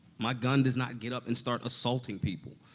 my gun does not get up and start assaulting people.